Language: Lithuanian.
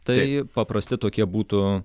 tai paprasti tokie būtų